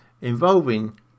involving